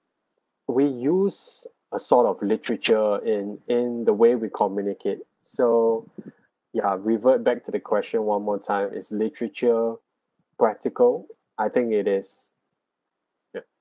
we use a sort of literature in in the way we communicate so ya revert back to the question one more time is literature practical I think it is yup